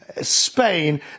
Spain